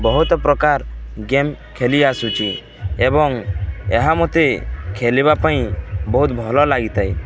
ବହୁତ ପ୍ରକାର ଗେମ୍ ଖେଳି ଆସୁଛି ଏବଂ ଏହା ମୋତେ ଖେଳିବା ପାଇଁ ବହୁତ ଭଲ ଲାଗିଥାଏ